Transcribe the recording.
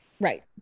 right